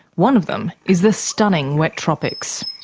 one of them is the stunning wet tropics.